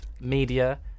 Media